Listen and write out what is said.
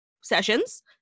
sessions